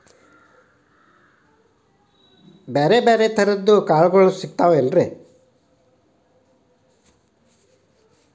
ಬ್ಯಾರೆ ಬ್ಯಾರೆ ತರದ್ ಕಾಳಗೊಳು ಸಿಗತಾವೇನ್ರಿ?